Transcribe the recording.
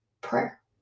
Prayer